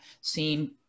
seen